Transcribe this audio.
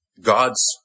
God's